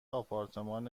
آپارتمان